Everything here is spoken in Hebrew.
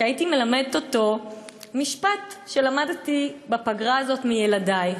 כי הייתי מלמדת אותו משפט שלמדתי בפגרה הזאת מילדי.